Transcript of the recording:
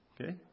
Okay